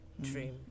dream